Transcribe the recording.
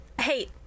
Hey